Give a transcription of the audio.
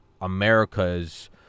America's